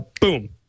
boom